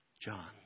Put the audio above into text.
John